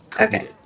Okay